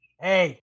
hey